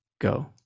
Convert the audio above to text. go